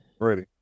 Ready